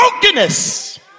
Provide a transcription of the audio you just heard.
brokenness